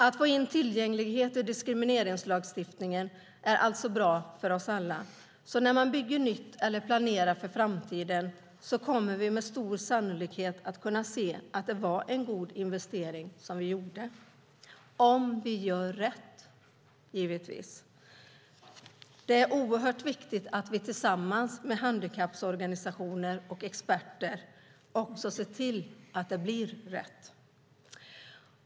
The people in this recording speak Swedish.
Att få in tillgänglighet i diskrimineringslagstiftningen är alltså bra för oss alla. När man bygger nytt eller planerar för framtiden kommer vi med stor sannolikhet att kunna se att det var en god investering som vi gjorde, om vi gör rätt, givetvis. Det är oerhört viktigt att vi tillsammans med handikapporganisationer och experter också ser till att det blir rätt.